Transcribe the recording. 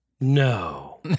No